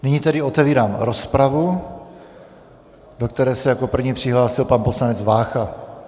Nyní tedy otevírám rozpravu, do které se jak první přihlásil pan poslanec Vácha.